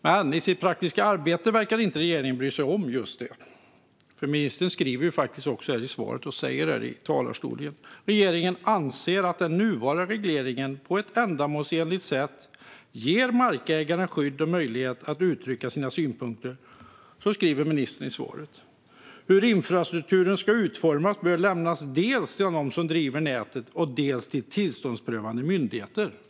Men i sitt praktiska arbete verkar inte regeringen bry sig om just det, för ministern säger faktiskt också i sitt svar här i talarstolen: Regeringen anser att den nuvarande regleringen på ett ändamålsenligt sätt ger markägare skydd och möjlighet att uttrycka sina synpunkter. Så säger ministern i svaret. Ministern fortsätter: Hur infrastrukturen ska utformas bör lämnas dels till dem som driver näten, dels till tillståndsprövande myndigheter.